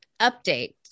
update